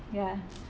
ya